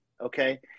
Okay